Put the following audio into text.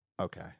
okay